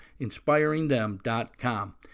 inspiringthem.com